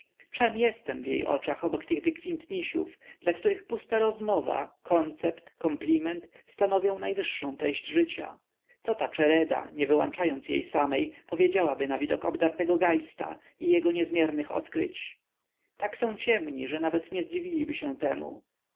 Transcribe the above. jestem w jej oczach obok tych wykwintnisiów dla których pusta rozmowa koncept kompliment stanowią najwyższą treść życia co ta czereda nie wyłączając jej samej powiedziałaby na widok obdartego geista i jego niezmiernych odkryć tak są ciemni że nawet nie dziwiliby się temu